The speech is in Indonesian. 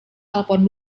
telepon